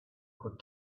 could